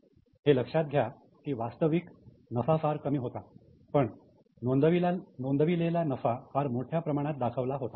हे लक्षात घ्या की वास्तविक नफा फार कमी होता पण नोंदविलेला नफा फार मोठ्या प्रमाणात दाखवला होता